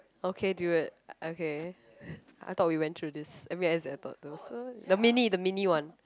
okay dude okay I thought we went through this I mean as in I thought there the mini the mini one